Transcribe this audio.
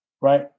right